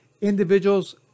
individuals